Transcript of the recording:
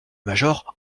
major